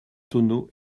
tonneaux